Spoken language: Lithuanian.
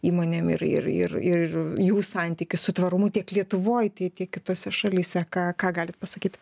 įmonėm ir ir ir ir jų santykis su tvarumu tiek lietuvoj tai tiek kitose šalyse ką ką galit pasakyt